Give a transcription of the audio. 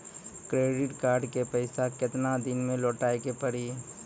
Credit card के पैसा केतना दिन मे लौटाए के पड़ी?